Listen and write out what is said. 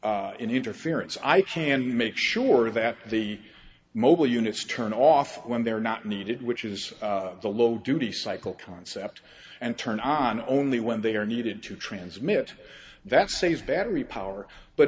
interference i can make sure that the mobile units turn off when they're not needed which is the low duty cycle concept and turn on only when they are needed to transmit that saves battery power but